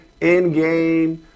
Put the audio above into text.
Endgame